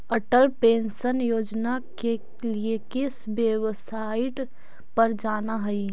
Atal pension Yojana के लिए किस वेबसाईट पर जाना हई